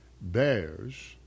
bears